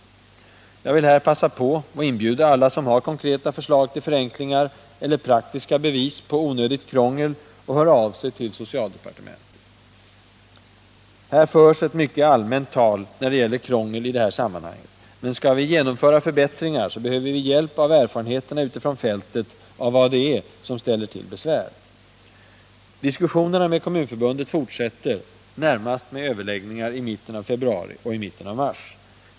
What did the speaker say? Jag vill här passa på att inbjuda alla som har konkreta förslag till förenklingar eller praktiska bevis på onödigt krångel att höra av sig till socialdepartementet. Det förs ett mycket allmänt tal om krångel i det här sammanhanget, men skall vi genomföra förbättringar behöver vi hjälp av erfarenheterna utifrån fältet om vad det är som ställer till besvär. Diskussionerna med Kommunförbundet fortsätter, närmast med överläggningar i mitten av februari och i mitten av mars.